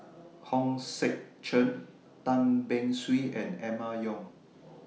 Hong Sek Chern Tan Beng Swee and Emma Yong